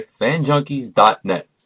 FanJunkies.net